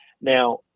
Now